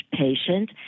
patient